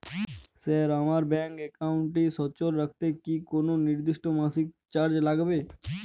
Sir আমার bank একাউন্টটি সচল রাখতে কি কোনো নির্দিষ্ট মাসিক চার্জ লাগবে?